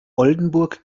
oldenburg